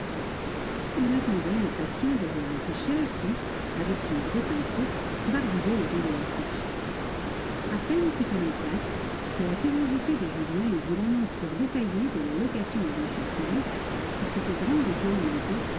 il attendait impatient derrière l'afficheur qui avec son gros pinceau barbouillait le dos de l'affiche a peine fut-elle en place que la curiosité de julien y vit l'annonce fort détaillée de la location aux enchères publiques de cette grande et vieille maison